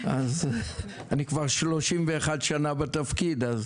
אני כבר 31 שנה בתפקיד, אז